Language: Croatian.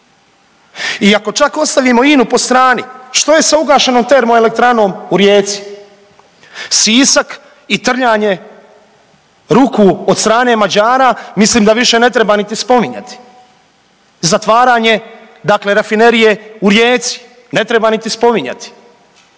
I ako čak ostavimo INA-u po strani što je sa ugašenom termo elektranom u Rijeci. Sisak i trljanje ruku od strane Mađara mislim da više ne treba ni spominjati. Zatvaranje dakle rafinerije u Rijeci, ne treba niti spominjati.